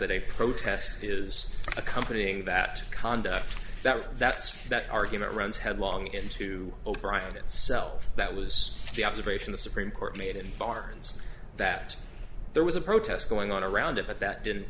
that a protest is accompanying that conduct that that's that argument runs headlong into o'brian itself that was the observation the supreme court made in bars that there was a protest going on around it but that didn't